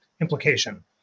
implication